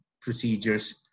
procedures